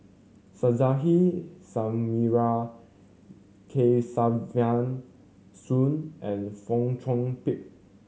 Suzairhe Sumari Kesavan Soon and Fong Chong Pik